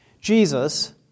Jesus